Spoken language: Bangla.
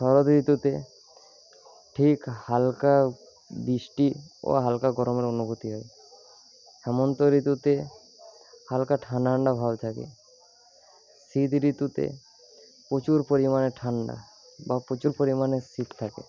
শরৎ ঋতুতে ঠিক হালকা বৃষ্টি ও হালকা গরমের অনুভূতি হয় হেমন্ত ঋতুতে হালকা ঠান্ডা ঠান্ডা ভাব থাকে শীত ঋতুতে প্রচুর পরিমাণে ঠান্ডা বা প্রচুর পরিমাণে শীত থাকে